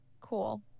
cool